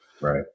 Right